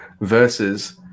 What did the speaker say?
versus